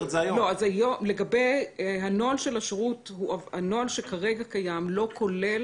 לגבי הנוהל של השירות, הנוהל שקיים כרגע לא כולל